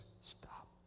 stop